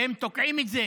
והם תוקעים את זה.